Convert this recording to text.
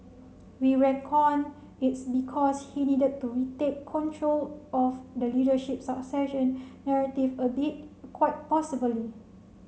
we reckon it's because he needed to retake control of the leadership succession narrative a bit quite possibly